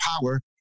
power